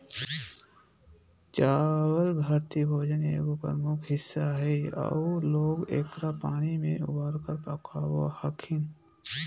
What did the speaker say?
चावल भारतीय भोजन के एगो प्रमुख हिस्सा हइ आऊ लोग एकरा पानी में उबालकर पकाबो हखिन